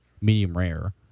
medium-rare